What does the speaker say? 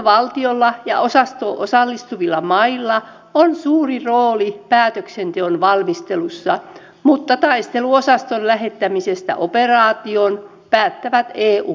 johtovaltiolla ja osastoon osallistuvilla mailla on suuri rooli päätöksenteon valmistelussa mutta taisteluosaston lähettämisestä operaatioon päättävät eun jäsenmaat